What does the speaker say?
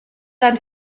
dann